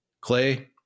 Clay